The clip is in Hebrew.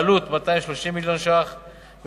העלות: 230 מיליון שקלים.